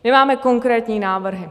My máme konkrétní návrhy.